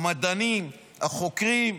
המדענים, החוקרים,